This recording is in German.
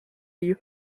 die